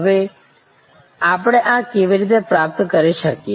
હવે આપણે આ કેવી રીતે પ્રાપ્ત કરી શકીએ